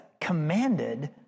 commanded